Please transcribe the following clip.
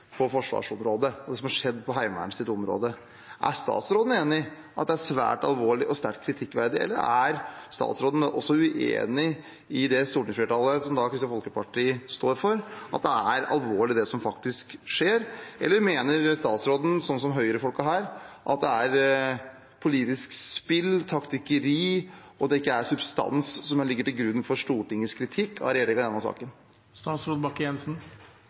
på forsvarsområdet, det som har skjedd på Heimevernets område. Er statsråden enig i at det er «svært alvorlig» og «sterkt kritikkverdig»? Er statsråden uenig med det stortingsflertallet som Kristelig Folkeparti står for, i at det er alvorlig, det som faktisk skjer? Eller mener statsråden, som høyresiden her, at det er politisk spill, taktikkeri, og at det ikke er substans som ligger til grunn for Stortingets kritikk av regjeringen i denne